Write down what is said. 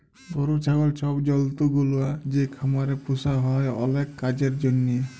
গরু, ছাগল ছব জল্তুগুলা যে খামারে পুসা হ্যয় অলেক কাজের জ্যনহে